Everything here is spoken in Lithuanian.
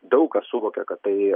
daug kas suvokia kad tai